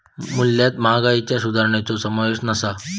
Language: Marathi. मूल्यात महागाईच्यो सुधारणांचो समावेश नसा